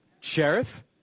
Sheriff